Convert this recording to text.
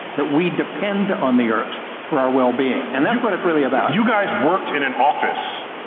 that we depend on the earth for our well-being. and that's what it's really about. you guys worked in an office,